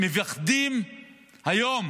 מפחדים היום